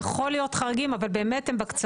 יכולים להיות חריגים אבל הם באמת בקצוות.